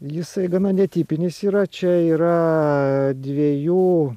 jisai gana netipinis yra čia yra dviejų